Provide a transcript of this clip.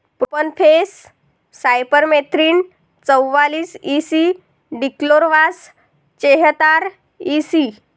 profenofos cypermethrin चौवालीस E C dichlorvos चेहतार EC